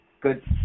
Good